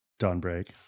Dawnbreak